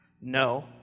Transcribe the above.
No